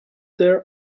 their